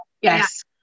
Yes